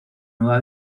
nueva